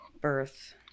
birth